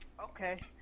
Okay